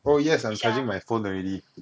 oh yes I'm charging my phone already